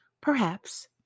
Perhaps